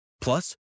Plus